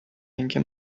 اینکه